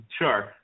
Sure